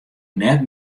net